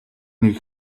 нэг